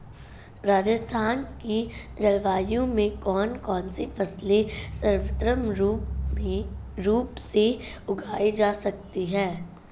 राजस्थान की जलवायु में कौन कौनसी फसलें सर्वोत्तम रूप से उगाई जा सकती हैं?